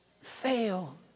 fail